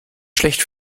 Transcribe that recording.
schlecht